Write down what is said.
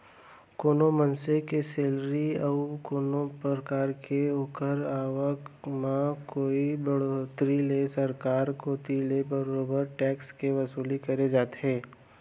कोनो मनसे के सेलरी या अउ कोनो परकार के ओखर आवक म होय बड़होत्तरी ले सरकार कोती ले बरोबर टेक्स के वसूली करे जाथे